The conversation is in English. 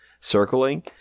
circling